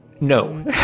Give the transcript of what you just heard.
No